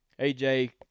AJ